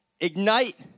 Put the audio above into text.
Ignite